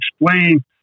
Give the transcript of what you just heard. explain